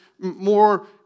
more